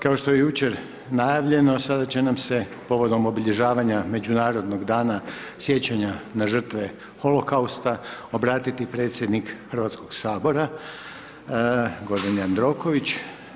Kao što je jučer najavljeno, sada će nam se povodom obilježavanja Međunarodnog dana sjećanja na žrtve holokausta obratiti predsjednik HS-a Gordan Jandroković.